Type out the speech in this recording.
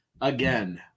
again